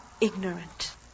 ignorant